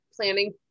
planning